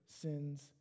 sin's